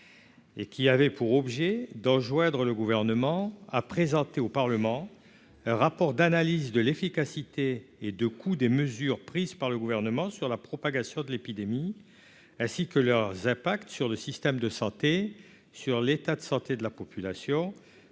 Et qui avait pour objet d'enjoindre le gouvernement a présenté au Parlement un rapport d'analyse de l'efficacité et de coût des mesures prises par le gouvernement sur la propagation de l'épidémie, ainsi que leur Zapa acte sur le système de santé sur l'état de santé de la population